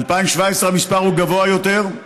ב-2017 המספר גבוה יותר.